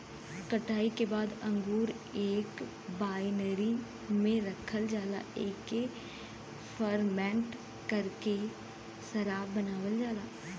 कटाई के बाद अंगूर एक बाइनरी में रखल जाला एके फरमेट करके शराब बनावल जाला